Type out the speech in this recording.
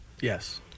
Yes